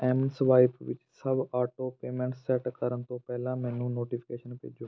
mSwipe ਵਿੱਚ ਸਭ auto payments set ਕਰਨ ਤੋਂ ਪਹਿਲਾਂ ਮੈਨੂੰ ਨੋਟੀਫਿਕੇਸ਼ਨ ਭੇਜੋ